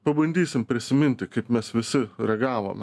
pabandysim prisiminti kaip mes visi ragavom